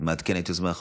מעדכן את יוזמי החוק.